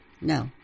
No